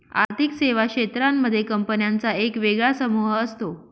आर्थिक सेवा क्षेत्रांमध्ये कंपन्यांचा एक वेगळा समूह असतो